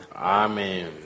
Amen